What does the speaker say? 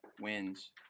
wins